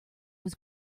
was